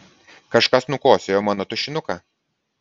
kažkas nukosėjo mano tušinuką